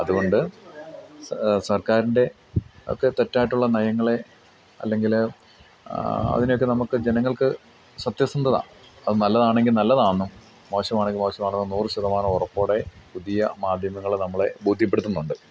അതുകൊണ്ട് സർക്കാരിൻ്റെ ഒക്കെ തെറ്റായിട്ടുള്ള നയങ്ങളെ അല്ലെങ്കിൽ അതിനെയൊക്കെ നമുക്ക് ജനങ്ങൾക്ക് സത്യസന്ധത അത് നല്ലതാണെങ്കിൽ നല്ലതാണെന്നും മോശമാണെങ്കിൽ മോശമാണെന്നും നൂറ് ശതമാനം ഉറപ്പോടെ പുതിയ മാധ്യമങ്ങൾ നമ്മളെ ബോധ്യപ്പെടുത്തുന്നുണ്ട്